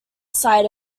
side